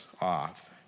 off